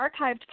archived